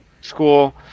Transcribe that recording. school